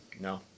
No